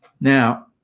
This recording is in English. Now